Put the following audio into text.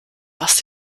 was